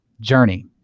journey